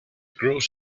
grows